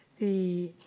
the,